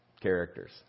characters